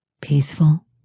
peaceful